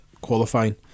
qualifying